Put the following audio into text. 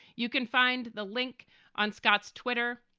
you can find the link on scott's twitter.